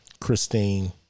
Christine